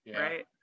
right